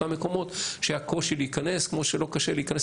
אותם מקומות שהיה קושי להיכנס כמו שלא קשה להיכנס